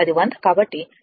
కాబట్టి ఇది 25